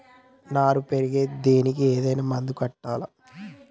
నారు పెరిగే దానికి ఏదైనా మందు కొట్టాలా?